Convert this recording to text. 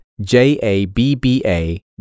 J-A-B-B-A